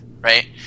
right